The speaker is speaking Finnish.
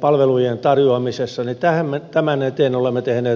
palvelujen tarjoamisessa olemme tehneet paljon työtä